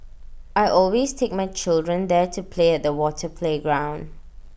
I always take my children there to play at the water playground